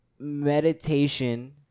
meditation